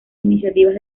iniciativas